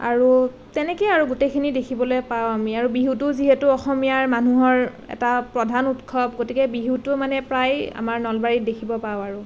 আৰু তেনেকৈ আৰু গোটেইখিনি দেখিবলৈ পাওঁ আমি আৰু বিহুটোও যিহেতু অসমীয়া মানুহৰ এটা প্ৰধান উৎসৱ গতিকে বিহুটো মানে প্ৰায় আমাৰ নলবাৰীত দেখিবলৈ পাওঁ আৰু